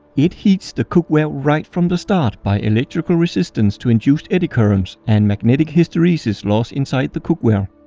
it heats the cookware right from the start by electrical resistance to induced eddy currents and magnetic hysteresis loss inside the cookware.